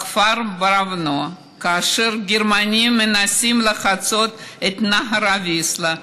בכפר, כאשר גרמנים מנסים לחצות את נהר הוויסלה.